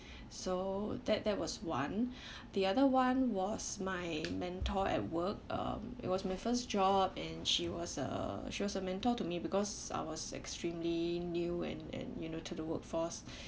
so that that was one the other one was my mentor at work um it was my first job and she was uh she was a mentor to me because I was extremely new and and you know to the workforce